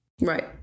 Right